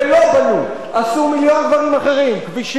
עשו מיליון דברים אחרים: כבישים להתנחלויות,